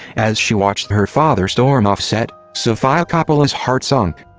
as she watched her father storm off set, sofia coppola's heart sunk.